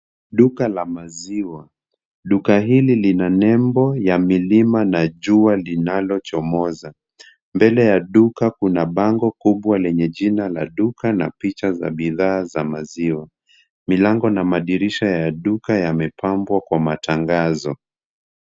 Duka la maziwa. Duka hili lina nembo ya milima na jua linalochomoza. Mbele ya duka kuna bango kubwa lenye jina la duka na picha za bidhaa za maziwa. Milango na madirisha ya duka yamepambwa kwa matangazo.